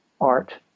art